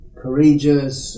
courageous